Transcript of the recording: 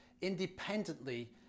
independently